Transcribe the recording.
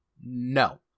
no